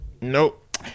Nope